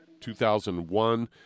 2001